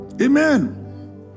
Amen